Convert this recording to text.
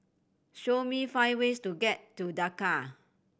show me five ways to get to Dhaka